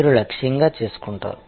మీరు లక్ష్యంగా చేసుకుంటారు